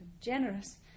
generous